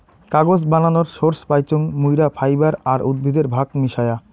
কাগজ বানানোর সোর্স পাইচুঙ মুইরা ফাইবার আর উদ্ভিদের ভাগ মিশায়া